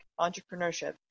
entrepreneurship